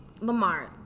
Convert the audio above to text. Lamar